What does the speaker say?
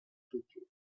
creature